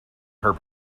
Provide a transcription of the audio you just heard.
her